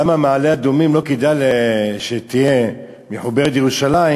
למה לא כדאי שמעלה-אדומים תהיה מחוברת לירושלים?